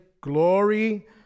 glory